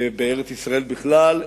ובארץ-ישראל בכלל,